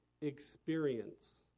experience